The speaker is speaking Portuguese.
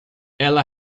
ela